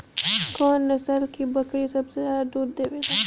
कौन नस्ल की बकरी सबसे ज्यादा दूध देवेले?